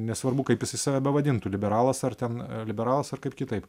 nesvarbu kaip jisai save bevadintų liberalas ar ten liberalas ar kaip kitaip